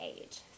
age